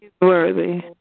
worthy